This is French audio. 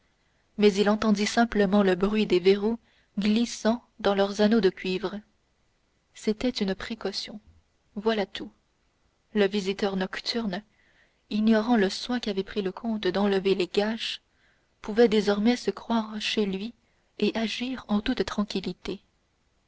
mais il entendit simplement le bruit des verrous glissant dans leurs anneaux de cuivre c'était une précaution voilà tout le nocturne visiteur ignorant le soin qu'avait pris le comte d'enlever les gâches pouvait désormais se croire chez lui et agir en toute tranquillité